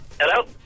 hello